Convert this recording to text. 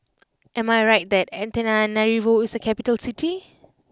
am I right that Antananarivo is a capital city